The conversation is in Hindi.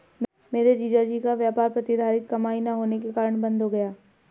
मेरे जीजा जी का व्यापार प्रतिधरित कमाई ना होने के कारण बंद हो गया